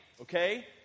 okay